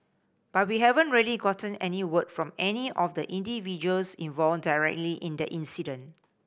but we haven't really gotten any word from any of the individuals involved directly in the incident